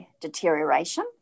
deterioration